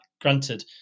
Granted